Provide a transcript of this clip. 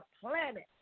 planet